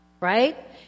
right